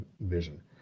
vision